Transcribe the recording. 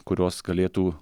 kurios galėtų